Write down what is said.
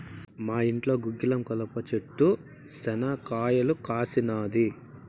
మా ఇంట్లో గుగ్గిలం కలప చెట్టు శనా కాయలు కాసినాది